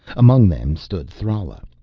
among them stood thrala,